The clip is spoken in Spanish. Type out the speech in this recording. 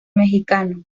mexicano